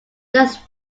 does